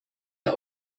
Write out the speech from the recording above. der